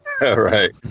right